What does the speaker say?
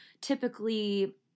typically